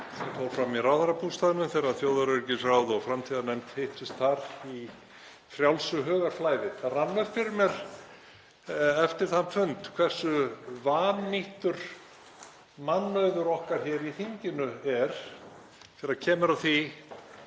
sem fór fram í ráðherrabústaðnum þegar þjóðaröryggisráð og framtíðarnefnd hittust þar í frjálsu hugarflæði. Það rann upp fyrir mér eftir þann fund hversu vannýttur mannauður okkar hér í þinginu er þegar að því